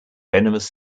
venomous